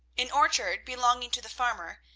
an orchard belonging to the farmer,